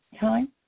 Time